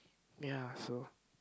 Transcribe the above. ya so